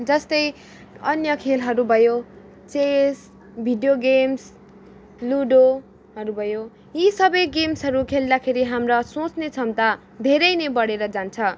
जस्तै अन्य खेलहरू भयो चेस भिडियो गेम्स लुडोहरू भयो यी सबै गेम्सहरू खेल्दाखेरि हाम्रा सोच्ने क्षमता धेरै नै बढेर जान्छ